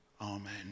Amen